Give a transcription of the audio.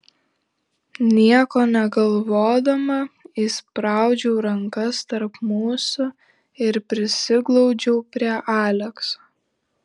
nieko negalvodama įspraudžiau rankas tarp mūsų ir prisiglaudžiau prie alekso